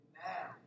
now